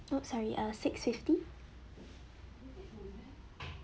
oh sorry uh six fifty